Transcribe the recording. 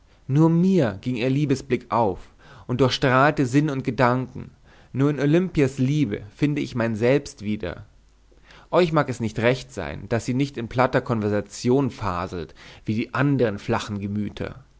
nur mir ging ihr liebesblick auf und durchstrahlte sinn und gedanken nur in olimpias liebe finde ich mein selbst wieder euch mag es nicht recht sein daß sie nicht in platter konversation faselt wie die andern flachen gemüter